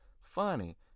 Funny